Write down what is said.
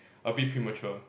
a bit premature